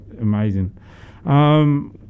amazing